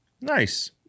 nice